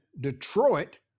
Detroit